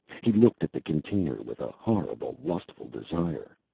he looked at the container with a horrible, lustful desire.